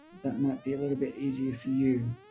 that might be a little bit easier for you